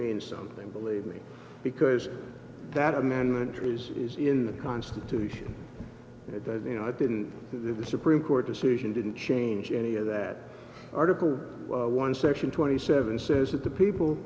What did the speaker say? means something believe me because that amendment tree's is in the constitution that you know i didn't have the supreme court decision didn't change any of that article one section twenty seven says that the people